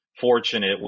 fortunate